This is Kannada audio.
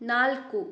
ನಾಲ್ಕು